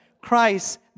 Christ